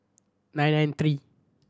nine nine three